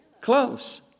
Close